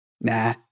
Nah